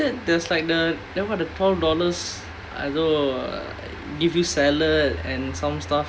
oh ya you said there's like the the what the twelve dollars I don't know give you salad and some stuff